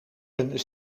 een